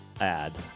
add